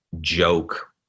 joke